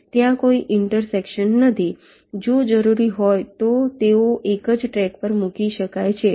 ત્યાં કોઈ ઇન્ટરસેક્શન નથી જો જરૂરી હોય તો તેઓ એક જ ટ્રેક પર મૂકી શકાય છે